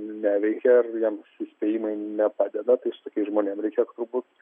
neveikia ir jiems įspėjimai nepadeda tai su tokiais žmonėm reikia turbūt